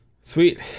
Sweet